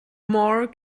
more